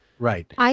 Right